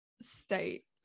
state